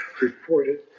reported